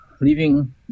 leaving